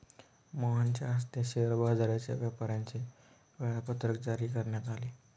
मोहनच्या हस्ते शेअर बाजाराच्या व्यापाराचे वेळापत्रक जारी करण्यात आले